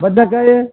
ಬದನೆಕಾಯಿ